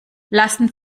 lassen